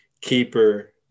keeper